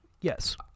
Yes